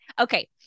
Okay